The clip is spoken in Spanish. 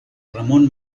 ramón